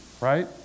right